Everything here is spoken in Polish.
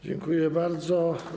Dziękuję bardzo.